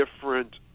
different